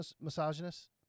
misogynist